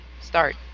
start